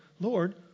Lord